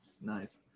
Nice